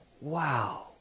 Wow